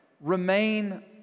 remain